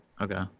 Okay